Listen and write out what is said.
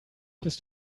bist